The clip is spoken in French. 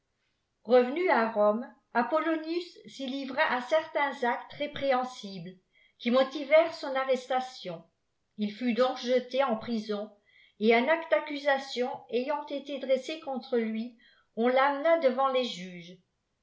nu à rome apollonius s'y livra à certains actes répréhensibles qui motivèrent son arrestation il fut donc jeté en rison et un acte d'accusation ayant été dressé contre lui on amena devant les juges